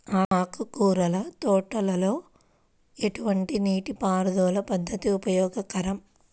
ఆకుకూరల తోటలలో ఎటువంటి నీటిపారుదల పద్దతి ఉపయోగకరం?